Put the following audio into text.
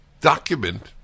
document